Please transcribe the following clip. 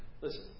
Listen